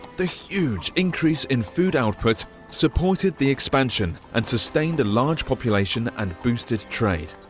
the huge increase in food output supported the expansion, and sustained a large population and boosted trade.